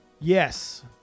Yes